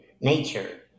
nature